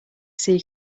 sea